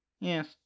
Yes